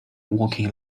walking